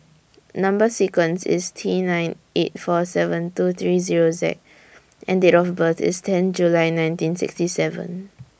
Number sequence IS T nine eight four seven two three Zero Z and Date of birth IS ten July nineteen sixty seven